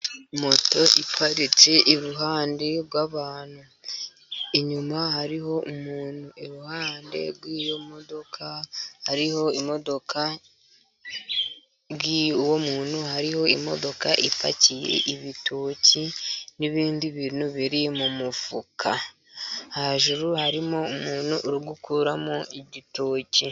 Moto iparitse iruhande rw'abantu inyuma hariho umuntu, I ruhande rwuwo muntu hariho imodoka ipakiye ibitoki n'ibindi bintu biri mu mufuka hejuru harimo umuntu uri gukuramo igitoki.